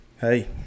hey